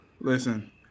Listen